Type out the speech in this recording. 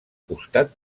costat